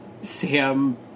Sam